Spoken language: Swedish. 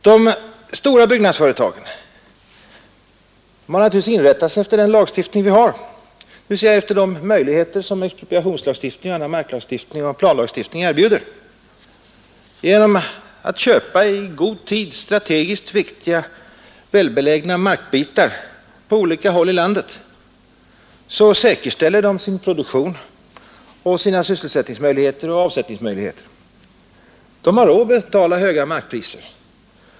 De stora byggnadsföretagen har naturligtvis inrättat sig efter den lagstiftning vi har, dvs. efter de möjligheter som expropriationslagstiftningen och annan marklagstiftning och planlagstiftning erbjuder. Genom att i god tid köpa strategiskt viktiga välbelägna markbitar på olika håll i landet säkerställer de sin produktion och sina sysselsättningsoch avsättningsmöjligheter. De har råd att betala höga markpriser.